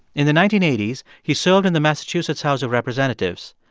in the nineteen eighty s, he served in the massachusetts house of representatives.